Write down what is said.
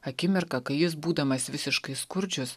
akimirką kai jis būdamas visiškai skurdžius